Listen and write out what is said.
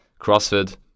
CrossFit